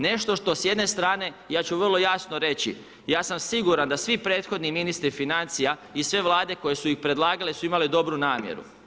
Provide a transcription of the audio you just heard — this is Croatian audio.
Nešto što s jedne strane, ja ću vrlo jasno reći, ja sam siguran da svi prethodni ministri financija i sve Vlade koje su ih predlagale su imale dobru namjeru.